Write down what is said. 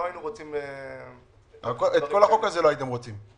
לא היינו רוצים --- את כל החוק הזה לא הייתם רוצים.